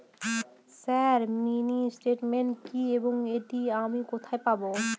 Sir mini statement কি এবং এটি আমি কোথায় পাবো?